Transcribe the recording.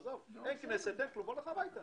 עזוב, אין כנסת, אין כלום, בוא נלך הביתה.